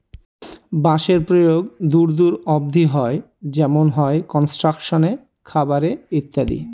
বাঁশের প্রয়োগ দূর দূর অব্দি হয় যেমন হয় কনস্ট্রাকশনে, খাবারে ইত্যাদি